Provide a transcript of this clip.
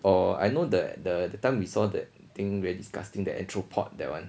oh I know the the time we saw that thing very disgusting that entrepot that one